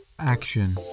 Action